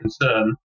concern